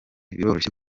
biroroshye